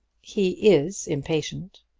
he is impatient.